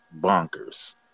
bonkers